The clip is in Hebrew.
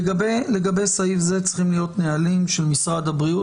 לגבי סעיף זה צריכים להיות נהלים של משרד הבריאות